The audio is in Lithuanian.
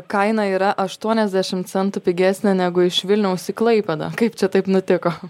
kaina yra aštuoniasdešim centų pigesnė negu iš vilniaus į klaipėdą kaip čia taip nutiko